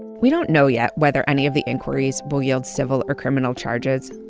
we don't know yet whether any of the inquiries will yield civil or criminal charges.